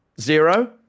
zero